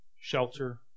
shelter